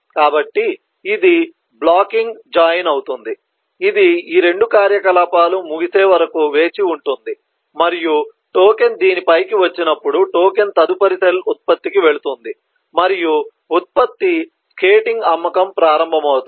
కాబట్టి ఇది blocking join అవుతుంది ఇది ఈ రెండు కార్యకలాపాలు ముగిసే వరకు వేచి ఉంటుంది మరియు టోకెన్ దీనిపైకి వచ్చినప్పుడు టోకెన్ తదుపరి సెల్ ఉత్పత్తికి వెళుతుంది మరియు ఉత్పత్తి స్కేటింగ్ అమ్మకం ప్రారంభమవుతుంది